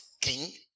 King